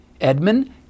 Edmund